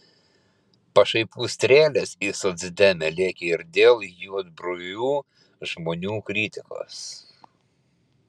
pašaipų strėlės į socdemę lėkė ir dėl juodbruvių žmonių kritikos